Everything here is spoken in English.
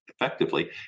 effectively